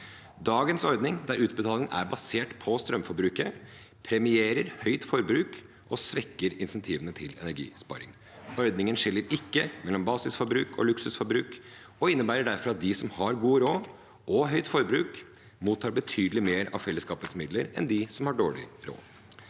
Dagens ordning, der utbetalingen er basert på strømforbruket, premierer høyt forbruk og svekker insentivene til energisparing. Ordningen skiller ikke mellom basisforbruk og luksusforbruk og innebærer derfor at de som har god råd og høyt forbruk, mottar betydelig mer av fellesskapets midler enn dem som har dårlig råd.